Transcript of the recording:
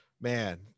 man